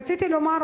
רציתי לומר,